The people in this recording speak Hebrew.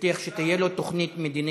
שהבטיח שתהיה לו תוכנית מדינית,